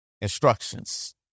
instructions